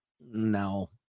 No